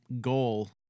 goal